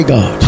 God